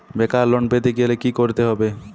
বেকার লোন পেতে গেলে কি করতে হবে?